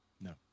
No